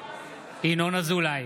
אזולאי,